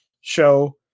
show